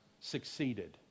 succeeded